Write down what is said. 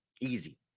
Easy